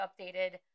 updated